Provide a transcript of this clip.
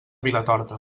vilatorta